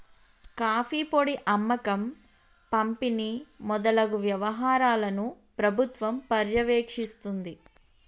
coffee పొడి అమ్మకం పంపిణి మొదలగు వ్యవహారాలను ప్రభుత్వం పర్యవేక్షిస్తుంది